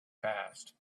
past